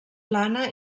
plana